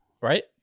right